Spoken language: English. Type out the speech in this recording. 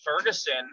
Ferguson